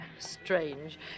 Strange